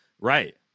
Right